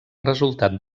resultat